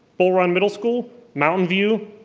bull run middle school, mountain view,